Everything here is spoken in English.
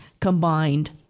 combined